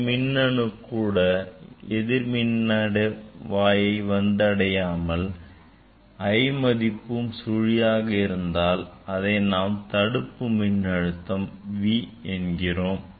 ஒரு மின்னணு கூட நேர்மின்வாயை வந்தடையாமலும் I மதிப்பும் சுழியாகவும் இருந்தால் அதை நாம் தடுப்பு மின்னழுத்தம் V என்கிறோம்